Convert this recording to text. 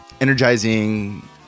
energizing